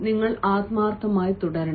നിങ്ങൾ ആത്മാർത്ഥമായി തുടരണം